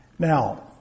Now